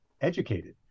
educated